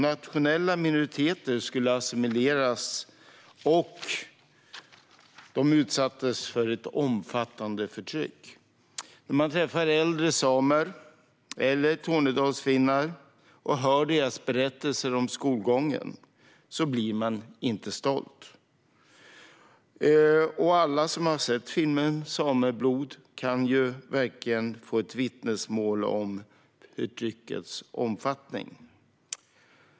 Nationella minoriteter skulle assimileras, och de utsattes för ett omfattande förtryck. När man träffar äldre samer eller tornedalsfinnar och hör deras berättelser om skolgången blir man inte stolt. Alla som har sett filmen Sameblod har verkligen fått ett vittnesmål om förtryckets omfattning.